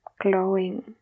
glowing